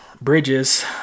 Bridges